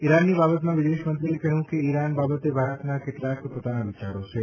ઇરાનની બાબતમાં વિદેશમંત્રીએ કહ્યું કે ઇરાન બાબતે ભારતના કેટલાક પોતાના વિચારો છે